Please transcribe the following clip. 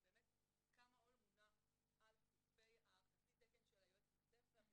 כמה עול מונח על כתפי חצי תקן של יועצת בית ספר,